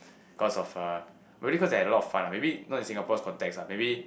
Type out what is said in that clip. cause of uh maybe cause they had a lot of fun lah maybe not in Singapore's context ah maybe